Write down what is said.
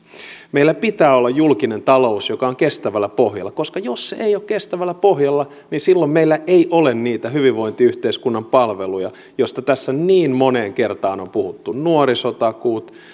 meillä pitää olla julkinen talous joka on kestävällä pohjalla koska jos se ei ole kestävällä pohjalla niin silloin meillä ei ole niitä hyvinvointiyhteiskunnan palveluja joista tässä niin moneen kertaan on puhuttu nuorisotakuut